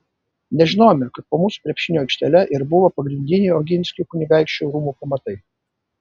nežinojome kad po mūsų krepšinio aikštele ir buvo pagrindiniai oginskių kunigaikščių rūmų pamatai